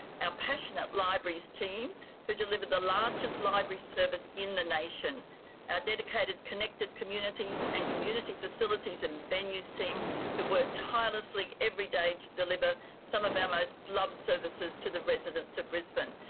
our passionate libraries team who deliver the largest library service in the nation. our dedicated connected communities and community facilities and venues team who work tirelessly every day to deliver some of our most loved services to the residents of brisbane.